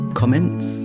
comments